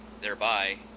thereby